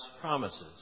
promises